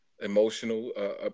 Emotional